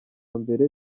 mbere